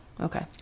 Okay